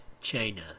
China